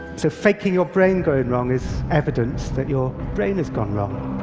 so, faking your brain going wrong is evidence that your brain has gone wrong.